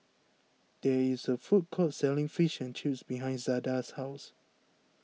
there is a food court selling Fish and Chips behind Zada's house